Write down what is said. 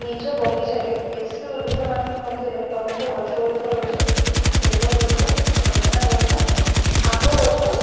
ନିଜ ବଗିଚାରେ ଦେଶୀଉଦ୍ଭିଦ ମାନଙ୍କ ମଧ୍ୟରେ ପ୍ରମୁଖ ଗଛ ଗୁଡ଼ିକ ହେଉଛି ବେଲଗଛ ସଜନାଗଛ ଆମ୍ବଗଛ